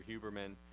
Huberman